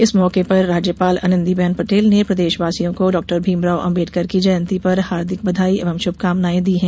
इस मौके पर राज्यपाल आनंदीबेन पटेल ने प्रदेशवासियों को डॉ भीमराव अंबेडकर की जयंती पर हार्दिक बधाई एवं शुभकामनाएं दी हैं